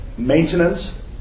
maintenance